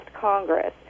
Congress